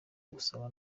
gusaba